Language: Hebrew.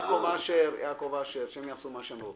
יעקב אשר, שהם יעשו מה שהם רוצים.